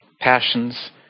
passions